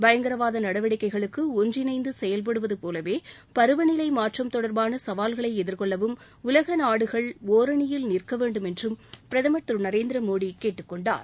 பயங்கரவாத நடவடிக்கைகளுக்கு ஒன்றிணைந்து செயல்படுவது போலவே பருவநிலை மாற்றம் தொடர்பான சவால்களை எதிர்கொள்ளவும் உலக நாடுகள் ஒரணியில் நிற்க வேண்டும் என்றும் பிரதமர் திரு நரேந்திர மோடி கேட்டுக்கொண்டார்